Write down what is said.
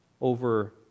over